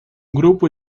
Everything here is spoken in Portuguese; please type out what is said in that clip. grupo